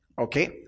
Okay